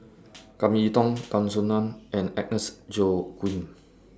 Kam Kee Yong Tan Soo NAN and Agnes Joaquim